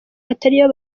atariyo